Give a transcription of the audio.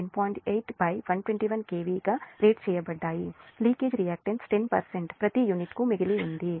8 121 KV గా rate చేయబడ్డాయి leakage reactance 10 ప్రతి యూనిట్కు మిగిలి ఉంది